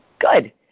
Good